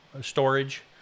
storage